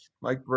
Mike